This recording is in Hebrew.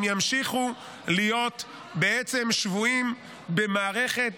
הם ימשיכו להיות בעצם שבויים במערכת